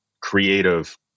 creative